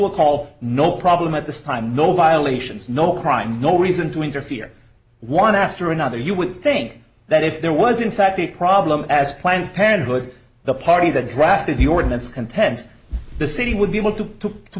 a call no problem at this time no violations no crime no reason to interfere one after another you would think that if there was in fact a problem as planned parenthood the party that drafted the ordinance contends the city would be able to